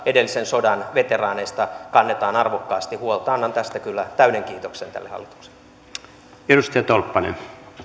edellisen sodan veteraaneista kannetaan arvokkaasti huolta annan tästä kyllä täyden kiitoksen tälle hallitukselle arvoisa